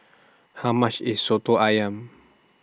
How much IS Soto Ayam